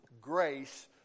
grace